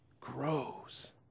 grows